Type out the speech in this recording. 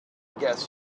guess